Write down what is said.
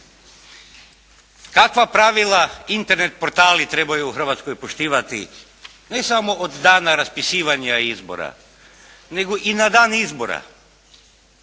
Kakva pravila Internet portali trebaju u Hrvatskoj poštivati, ne samo od dana raspisivanja izbora nego i na dan izbora.